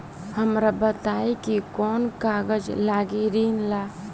हमरा बताई कि कौन कागज लागी ऋण ला?